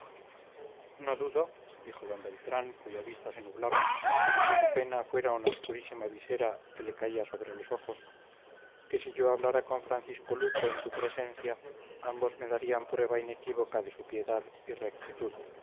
naturaleza no dudo dijo d beltrán cuya vista se nublaba como si su pena fuera una obscurísima visera que le caía sobre los ojos que si yo hablara con francisco luco en tu presencia ambos me darían prueba inequívoca de su piedad y rectitud